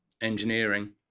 engineering